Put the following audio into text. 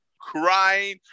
crying